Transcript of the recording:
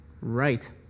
Right